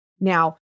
Now